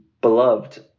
beloved